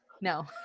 No